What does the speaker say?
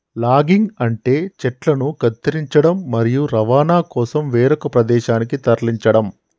logging అంటే చెట్లను కత్తిరించడం, మరియు రవాణా కోసం వేరొక ప్రదేశానికి తరలించడం